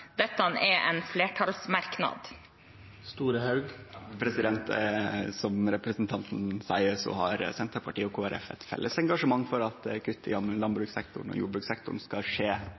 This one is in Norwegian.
dette er en flertallsmerknad. Som representanten seier, har Senterpartiet og Kristeleg Folkeparti eit felles engasjement for at kutt i landbrukssektoren og jordbrukssektoren skal skje